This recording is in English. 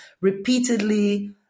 repeatedly